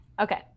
Okay